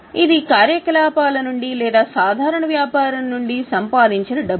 ఇది కార్యకలాపాల నుండి లేదా సాధారణ వ్యాపారం నుండి సంపాదించిన డబ్బు